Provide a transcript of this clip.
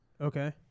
Okay